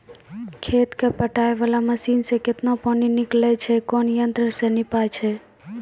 खेत कऽ पटाय वाला मसीन से केतना पानी निकलैय छै कोन यंत्र से नपाय छै